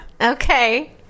Okay